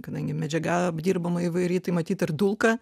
kadangi medžiaga apdirbama įvairiai tai matyt ir dulka